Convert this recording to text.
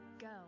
Go